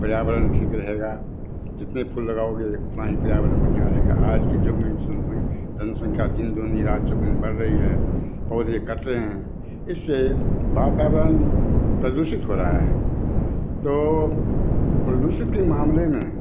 पर्यावरण ठीक रहेगा जितने फूल लगाओगे उतना ही पर्यावरण बढ़िया रहेगा आज के युग में इसमें जिसमें जनसंख्या दिन दूनी रात चौगुनी बढ़ रई है पौधे कट रहे हैं इससे वातावरण प्रदूषित हो रहा है तो प्रदूषित के मामले में